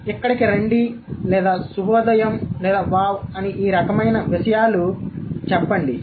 కాబట్టి ఇక్కడికి రండి లేదా శుభోదయం లేదా వావ్ అని ఈ రకమైన విషయాలు చెప్పండి